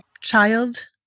child